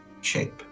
shape